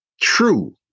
true